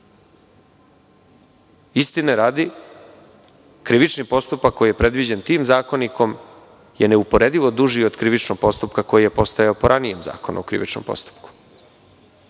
radi, krivični postupak koji je predviđen tim zakonikom je neuporedivo duži od krivičnog postupka koji je postojao po ranijem Zakonu o krivičnom postupku.